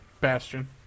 Bastion